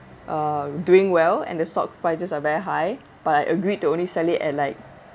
um doing well and the stock price is very high but I agreed to only sell it at like